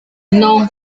non